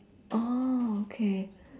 oh okay